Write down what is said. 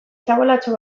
txabolatxo